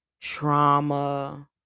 trauma